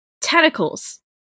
tentacles